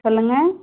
சொல்லுங்க